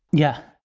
yeah.